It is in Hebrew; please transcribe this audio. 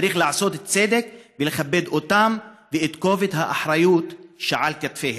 צריך לעשות צדק ולכבד אותם ואת כובד האחריות שעל כתפיהם.